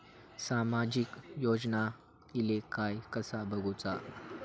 सामाजिक योजना इले काय कसा बघुचा?